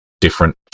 different